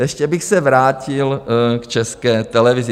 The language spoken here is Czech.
Ještě bych se vrátil k České televizi.